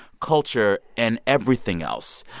culture and everything else.